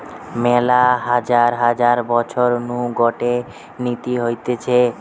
মেলা হাজার হাজার বছর নু গটে নীতি হতিছে